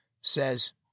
says